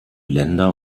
länder